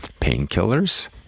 painkillers